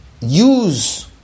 use